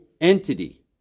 entity